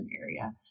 area